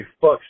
fuck